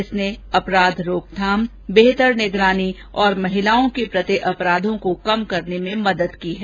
इसने अपराध रोकथाम बेहतर निगरानी और महिलाओं के प्रति अपराघों को कम करने में मदद की है